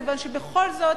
כיוון שבכל זאת